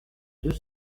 deux